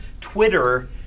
Twitter